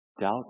doubt